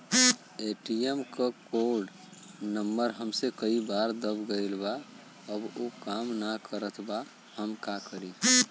ATM क code number हमसे कई बार दब गईल बा अब उ काम ना करत बा हम का करी?